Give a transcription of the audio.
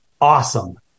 awesome